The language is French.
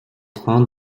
train